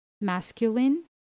masculine